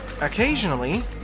Occasionally